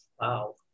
Wow